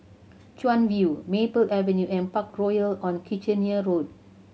Chuan View Maple Avenue and Parkroyal on Kitchener Road